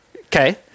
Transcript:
okay